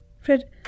Fred